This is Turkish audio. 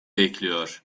bekliyor